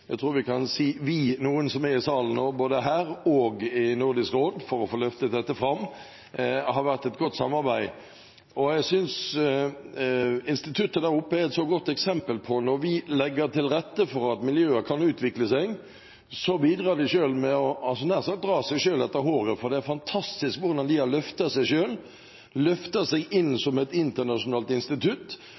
jeg tror vi kan si «vi» – både noen som er i salen nå og i Nordisk råd, for å få løftet dette fram, har vært et godt samarbeid. Jeg synes instituttet der oppe er et så godt eksempel på at når vi legger til rette for at miljøet kan utvikle seg, så bidrar de selv med nær sagt å dra seg selv etter håret. For det er fantastisk hvordan de har løftet seg selv, løftet seg inn som et internasjonalt institutt,